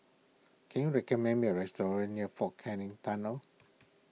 can you recommend me a restaurant near fort Canning Tunnel